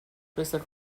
questa